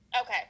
Okay